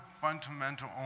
fundamental